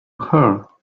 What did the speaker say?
her